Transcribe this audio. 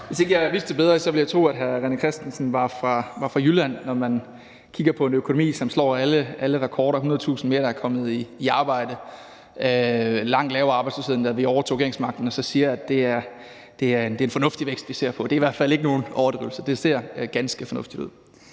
Hvis jeg ikke havde vidst bedre, ville jeg tro, at hr. René Christensen var fra Jylland, når vi kigger på en økonomi, der slår alle rekorder med 100.000 flere, der er kommet i arbejde, og vi har en langt lavere arbejdsløshed, end da vi overtog regeringsmagten, og hr. René Christensen så siger, at det er en fornuftig vækst, vi ser på. Det er i hvert fald ikke nogen overdrivelse. Det ser ganske fornuftigt ud.